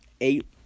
Eight